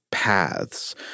paths